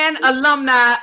alumni